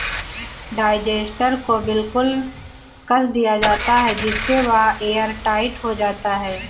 digester को बिल्कुल कस दिया जाता है जिससे वह एयरटाइट हो जाता है